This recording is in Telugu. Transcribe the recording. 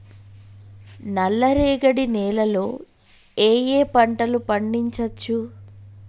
నల్లరేగడి నేల లో ఏ ఏ పంట లు పండించచ్చు?